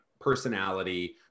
personality